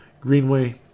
Greenway